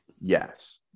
Yes